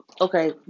Okay